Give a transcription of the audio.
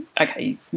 okay